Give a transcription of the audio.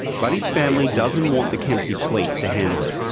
buddy's family doesn't want the kempsey police to handle it.